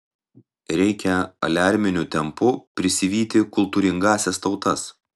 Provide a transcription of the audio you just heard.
reikia aliarminiu tempu prisivyti kultūringąsias tautas